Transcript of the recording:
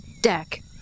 deck